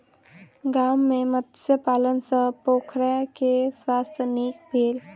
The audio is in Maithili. गाम में मत्स्य पालन सॅ पोखैर के स्वास्थ्य नीक भेल